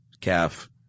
calf